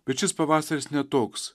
bet šis pavasaris ne toks